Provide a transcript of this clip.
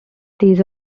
these